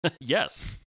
Yes